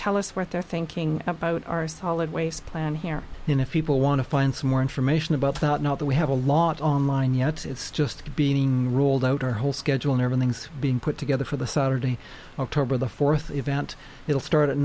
tell us what they're thinking about our solid waste plan here in if people want to find some more information about that not that we have a lot online yet it's just being rolled out our whole schedule never things being put together for the saturday october the fourth event will start at